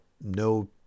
no